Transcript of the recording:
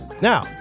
Now